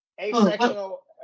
Asexual